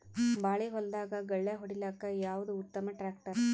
ಬಾಳಿ ಹೊಲದಾಗ ಗಳ್ಯಾ ಹೊಡಿಲಾಕ್ಕ ಯಾವದ ಉತ್ತಮ ಟ್ಯಾಕ್ಟರ್?